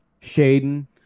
Shaden